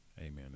Amen